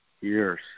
years